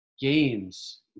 games